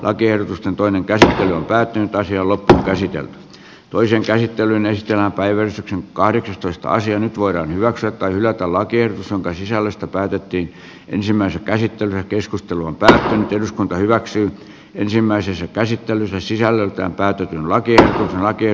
lakiehdotusten toinen käteen rakentaisi olutta tai sitten toisen käsittelyaineistoa päiväys on kahdeksastoista sija nyt voidaan hyväksyä tai hylätä lakiehdotus jonka sisällöstä päätettiin ensimmäisen käsittelyn keskustelun päälleen eduskunta hyväksyy ensimmäisessä käsittelyssä sisällöltään päätyikin lakia hakee